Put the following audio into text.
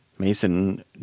Mason